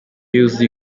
yuzuye